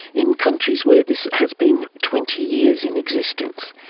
in countries where this has been twenty years in existence,